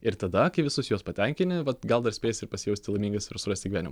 ir tada kai visus juos patenkini vat gal dar spėsi ir pasijausti laimingas ir surasti gyvenimo